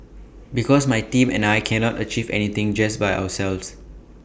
because my team and I cannot achieve anything just by ourselves